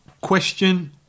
question